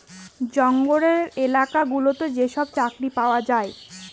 জঙ্গলের এলাকা গুলোতে যেসব চাকরি পাওয়া যায়